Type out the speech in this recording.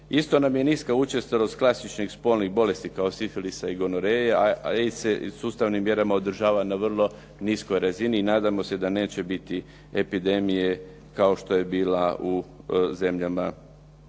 Isto nam je niska učestalost klasičnih spolnih bolesti, kao sifilisa i gonoreje, a ADIS se sustavnim mjerama održava na vrlo niskoj razni. I nadamo se da neće biti epidemije kao što je bila u zemljama